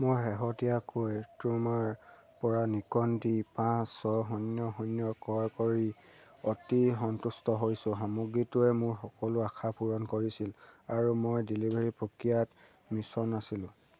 মই শেহতীয়াকৈ ক্ৰোমাৰ পৰা নিকন ডি পাঁচ ছয় শূন্য শূন্য ক্ৰয় কৰি অতি সন্তুষ্ট হৈছোঁ সামগ্ৰীটোৱে মোৰ সকলো আশা পূৰণ কৰিছিল আৰু মই ডেলিভাৰী প্ৰক্ৰিয়াত মসৃণ আছিল